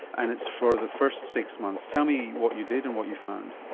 and it's for the first six months. tell me what you did and what you found.